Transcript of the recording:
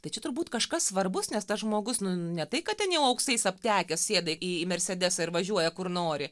tai čia turbūt kažkas svarbus nes tas žmogus nu ne tai kad ten jau auksais aptekęs sėda į mersedesą ir važiuoja kur nori